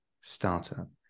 startup